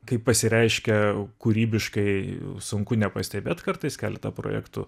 kaip pasireiškia kūrybiškai sunku nepastebėt kartais kartą projektų